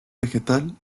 vegetal